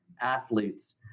athletes